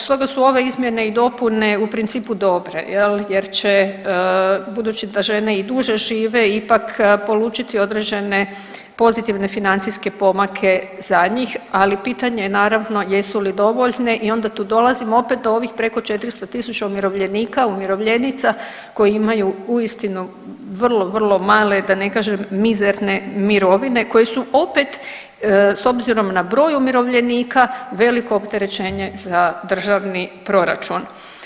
Stoga su ove izmjene i dopune u principu dobre, jer će budući da žene i duže žive ipak polučiti određene pozitivne financijske pomake za njih, ali pitanje je naravno jesu li dovoljne i onda tu dolazimo opet do ovih preko 400 000 umirovljenika, umirovljenica koje imaju uistinu vrlo, vrlo male da ne kažem mizerne mirovine koje su opet s obzirom na broj umirovljenika veliko opterećenje za državni proračun.